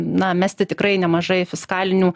na mesti tikrai nemažai fiskalinių